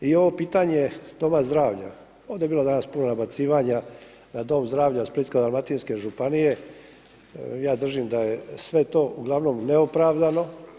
I ovo pitanje doma zdravlja, ovdje je bilo danas puno nabacivanja da dom zdravlja Splitsko-dalmatinske županije, ja držim da je sve to uglavnom neopravdano.